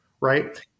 Right